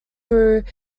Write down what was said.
through